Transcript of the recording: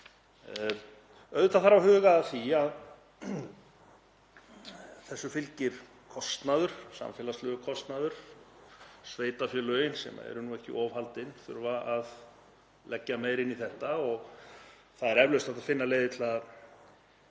Auðvitað þarf að huga að því að þessu fylgir kostnaður, samfélagslegur kostnaður. Sveitarfélögin, sem eru nú ekki of vel haldin, þurfa að leggja meira inn í þetta og það er eflaust hægt að finna leiðir til að